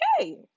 okay